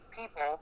people